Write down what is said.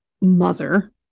mother